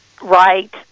Right